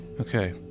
Okay